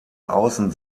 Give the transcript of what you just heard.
außen